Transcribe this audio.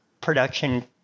production